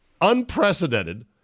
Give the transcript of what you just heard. unprecedented